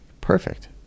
Perfect